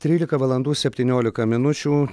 trylika valandų septyniolika minučių